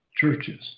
churches